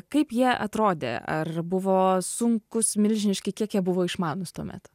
kaip jie atrodė ar buvo sunkūs milžiniški kiek jie buvo išmanūs tuomet